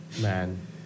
man